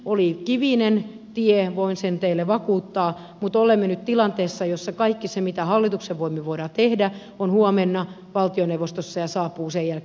oli kivinen tie voin sen teille vakuuttaa mutta olemme nyt tilanteessa jossa kaikki se mitä hallituksen voimin voidaan tehdä on huomenna valtioneuvostossa ja saapuu sen jälkeen eduskuntaan